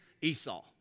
Esau